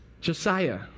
Josiah